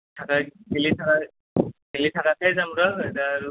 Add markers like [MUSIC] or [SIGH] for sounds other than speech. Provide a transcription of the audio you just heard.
[UNINTELLIGIBLE] বেলি থাকোঁতে যাম ৰ' [UNINTELLIGIBLE] আৰু